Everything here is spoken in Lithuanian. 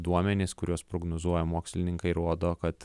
duomenys kuriuos prognozuoja mokslininkai rodo kad